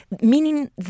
meaning